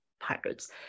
pirates